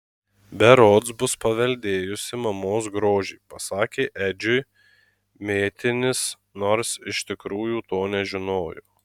berods bus paveldėjusi mamos grožį pasakė edžiui mėtinis nors iš tikrųjų to nežinojo